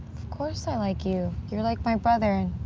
of course i like you. you're like my brother, and